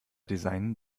designen